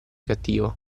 cattivo